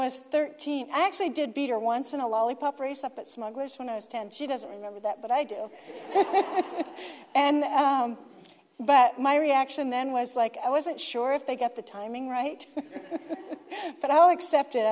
was thirteen i actually did beat her once in a lollipop race up at smuggler's when i was ten she doesn't remember that but i do and but my reaction then was like i wasn't sure if they get the timing right but i'll accept it